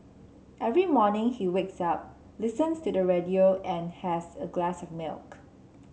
every morning he wakes up listens to the radio and has a glass of milk